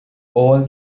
all